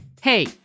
Hey